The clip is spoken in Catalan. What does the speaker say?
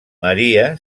maria